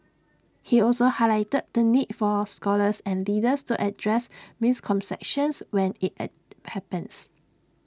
he also highlighted the need for scholars and leaders to address misconceptions when IT and happens